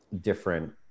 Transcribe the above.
different